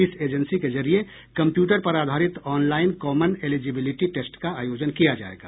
इस एजेंसी के जरिये कंप्यूटर पर आधारित ऑनलाइन कॉमन एलिजिबिलिटी टेस्ट का आयोजन किया जायेगा